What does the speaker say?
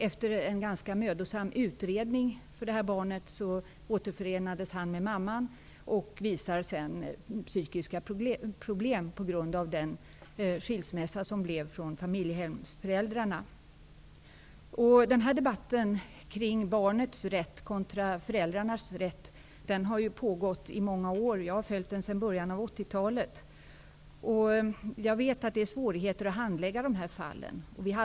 Efter en ganska mödosam utredning återförenades barnet med mamman och visade sedan psykiska problem på grund av skilsmässan från familjehemsföräldrarna. Debatten om barnets rätt kontra föräldrarnas rätt har pågått i många år. Jag har följt den debatten sedan början av 80-talet, och jag vet att det är svårt att handlägga de här fallen.